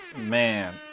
Man